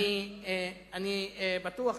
אני בטוח,